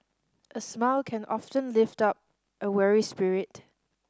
a smile can often lift up a weary spirit